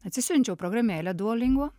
atsisiunčiau programėlę duolingo